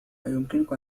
أيمكنك